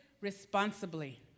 responsibly